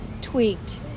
tweaked